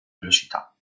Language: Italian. velocità